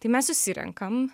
tai mes susirenkam